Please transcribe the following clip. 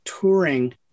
touring